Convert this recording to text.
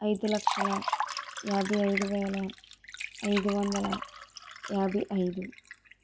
ఐదు లక్షల యాభై ఐదు వేల ఐదు వందల యాభై ఐదు